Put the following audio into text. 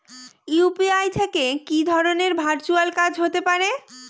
UPI থেকে কি ধরণের ভার্চুয়াল কাজ হতে পারে?